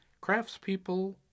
Craftspeople